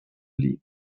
league